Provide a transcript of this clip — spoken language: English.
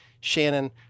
Shannon